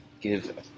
give